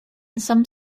some